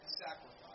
sacrifice